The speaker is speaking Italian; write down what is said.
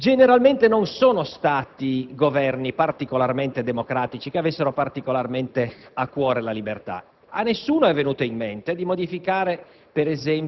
I Paesi che sono intervenuti per forza di legge a modificare una consuetudine